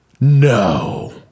No